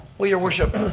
well, your worship,